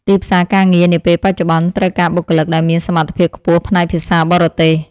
ទីផ្សារការងារនាពេលបច្ចុប្បន្នត្រូវការបុគ្គលិកដែលមានសមត្ថភាពខ្ពស់ផ្នែកភាសាបរទេស។